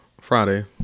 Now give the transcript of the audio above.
Friday